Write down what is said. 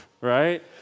Right